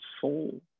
soul